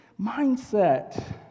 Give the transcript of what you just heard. mindset